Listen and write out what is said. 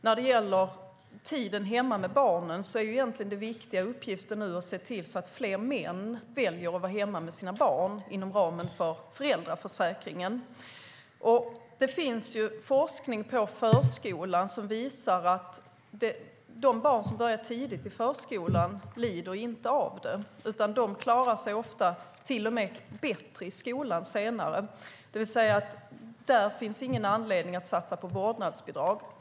När det gäller tiden hemma med barnen är egentligen den viktiga uppgiften att se till att fler män väljer att vara hemma med sina barn inom ramen för föräldraförsäkringen. Det finns forskning på förskolan som visar att de barn som börjar tidigt i förskolan inte lider av det. De klarar sig ofta till och med bättre i skolan senare. Det finns alltså ingen anledning att satsa på vårdnadsbidrag.